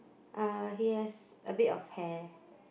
uh he has a bit of hair